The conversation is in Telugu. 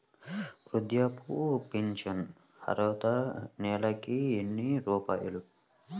వృద్ధాప్య ఫింఛను అర్హత నెలకి ఎన్ని రూపాయలు?